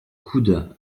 coude